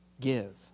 Give